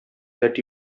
that